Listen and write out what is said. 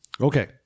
Okay